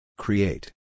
Create